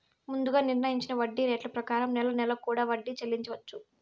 ముందుగా నిర్ణయించిన వడ్డీ రేట్ల ప్రకారం నెల నెలా కూడా వడ్డీ చెల్లించవచ్చు